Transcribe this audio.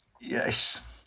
Yes